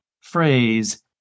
phrase